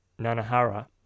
Nanahara